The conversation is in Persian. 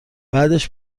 بعدش